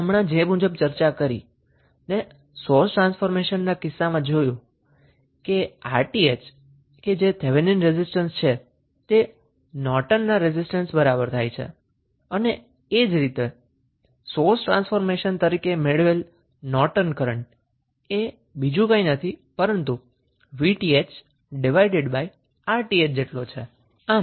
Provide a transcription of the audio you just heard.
આપણે હમણાં જે મુજબ ચર્ચા કરી ને સોર્સ ટ્રાન્સફોર્મેશનના કિસ્સામાં સમજ્યું કે 𝑅𝑇ℎ જે થેવેનીન રેઝિસ્ટન્સ છે તે નોર્ટનના રેઝિસ્ટન્સ બરાબર થાય છે અને એજ રીતે સોર્સ ટ્રાન્સફોર્મેશન કરી મેળવેલ નોર્ટન કરન્ટ એ બીજું કંઈ નથી પરંતુ 𝑉𝑇ℎ𝑅𝑇ℎ છે